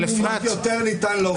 במידתיות יותר ניתן להוכיח.